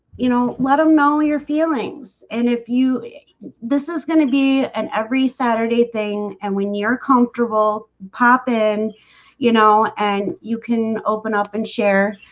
you know, let them know your feelings and if you this is going to be an every saturday thing and when you're comfortable pop in you know, and you can open up and share